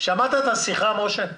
שמעת את השיחה, משה?